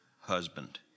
husband